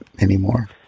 anymore